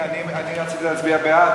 אני רציתי להצביע בעד,